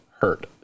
hurt